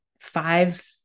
five